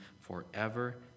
forever